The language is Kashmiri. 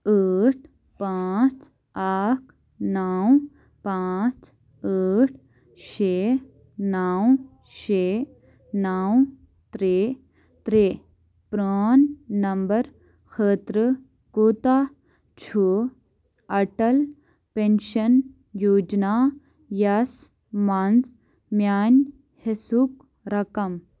ٲٹھ پانٛژھ اکھ نَو پانٛژھ ٲٹھ شےٚ نَو شےٚ نَو ترٛےٚ ترٛےٚ پرٛان نمبر خٲطرٕ کوتاہ چھُ اَٹَل پٮ۪نشَن یوجنا یَس مَنٛز میٛانہِ حِصُک رقم